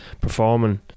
performing